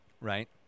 right